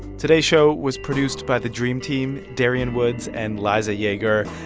today's show was produced by the dream team darian woods and liza yeager.